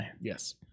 Yes